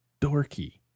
dorky